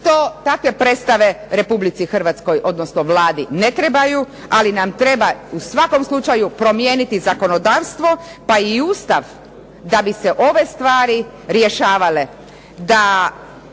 Takve predstave Republici Hrvatskoj odnosno Vladi ne trebaju ali nam treba u svakom slučaju promijeniti zakonodavstvo pa i Ustav da bi se ove stvari rješavale.